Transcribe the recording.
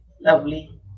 lovely